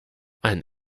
ein